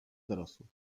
dorosłych